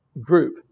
Group